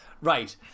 right